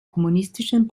kommunistischen